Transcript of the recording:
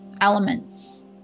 elements